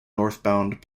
northbound